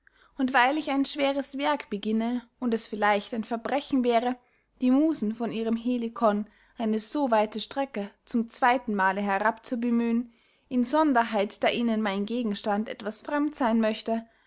und weil ich ein schweres werk beginne und es vielleicht ein verbrechen wäre die musen von ihrem helikon eine so weite strecke zum zweytenmale herab zu bemühen insonderheit da ihnen mein gegenstand etwas fremd seyn möchte